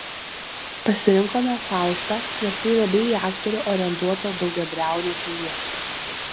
pasirinkome faustą nes tai labai į aktorių orientuota daugiabriaunė pjesė